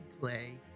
play